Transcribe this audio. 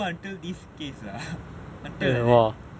go until this case ah until like that